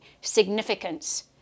significance